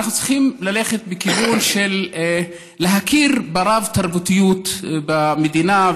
שאנחנו צריכים ללכת בכיוון של להכיר ברב-תרבותיות במדינה,